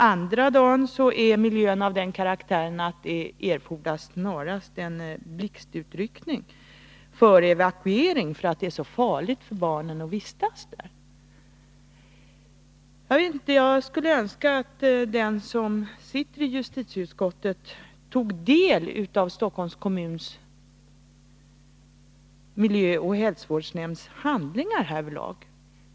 Andra gången är miljön av den karaktären att det snarast erfordras en blixtutryckning för evakuering, eftersom det är så farligt för barnen att vistas där. Jag skulle önska att de som sitter i justitieutskottet tog del av Stockholms kommuns miljöoch hälsovårdsnämnds handlingar härvidlag.